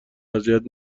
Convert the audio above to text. اذیت